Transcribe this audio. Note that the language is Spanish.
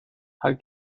hal